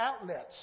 outlets